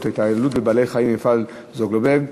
התעללות בבעלי-חיים במפעל "זוגלובק",